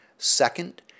Second